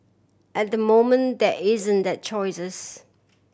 at the moment there isn't that choices